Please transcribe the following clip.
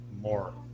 more